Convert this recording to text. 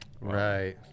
Right